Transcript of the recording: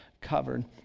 covered